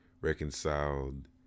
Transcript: reconciled